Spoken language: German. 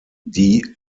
die